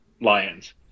Lions